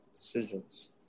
decisions